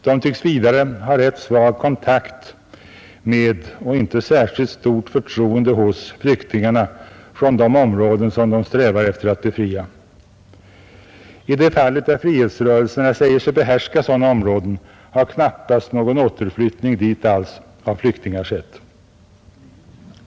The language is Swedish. De tycks vidare ha rätt svag kontakt med och inte särskilt stort förtroende hos flyktingarna från de områden som de strävar efter att befria. I de fall där frihetsrörelserna säger sig behärska sådana områden har knappast någon återflyttning dit alls av flyktingar skett.